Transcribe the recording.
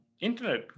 internet